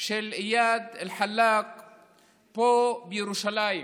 של איאד אלחלאק פה, בירושלים,